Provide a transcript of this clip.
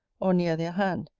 or near their hand,